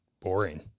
boring